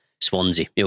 Swansea